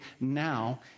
now